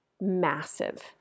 massive